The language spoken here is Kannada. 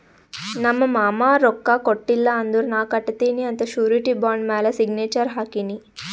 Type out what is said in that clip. ನಮ್ ಮಾಮಾ ರೊಕ್ಕಾ ಕೊಟ್ಟಿಲ್ಲ ಅಂದುರ್ ನಾ ಕಟ್ಟತ್ತಿನಿ ಅಂತ್ ಶುರಿಟಿ ಬಾಂಡ್ ಮ್ಯಾಲ ಸಿಗ್ನೇಚರ್ ಹಾಕಿನಿ